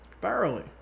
Thoroughly